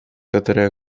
которые